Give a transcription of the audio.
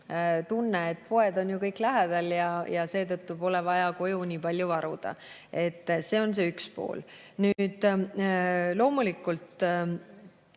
tunne, et poed on ju kõik lähedal ja seetõttu pole vaja koju nii palju varuda. See on üks pool. Loomulikult